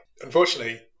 Unfortunately